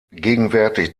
gegenwärtig